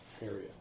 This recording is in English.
area